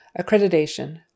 Accreditation